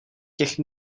těch